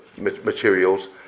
materials